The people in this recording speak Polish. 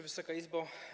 Wysoka Izbo!